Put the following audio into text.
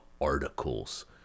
articles